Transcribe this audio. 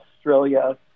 Australia